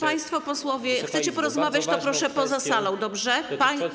Państwo posłowie, jeśli chcecie porozmawiać, to proszę poza salą, dobrze?